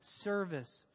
service